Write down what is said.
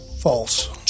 false